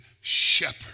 shepherd